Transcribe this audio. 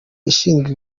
ishinzwe